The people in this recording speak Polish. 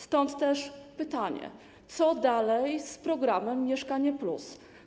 Stąd też pytanie: Co dalej z programem „Mieszkanie+”